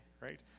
right